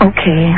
Okay